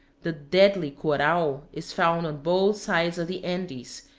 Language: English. the deadly coral is found on both sides of the andes,